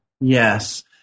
Yes